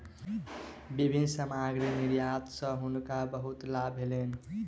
विभिन्न सामग्री निर्यात सॅ हुनका बहुत लाभ भेलैन